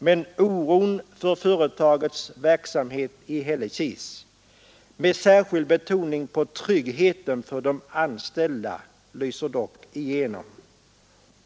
Men oron för företagets verksamhet i Hällekis — med särskild betoning på tryggheten för de anställda — lyser dock igenom.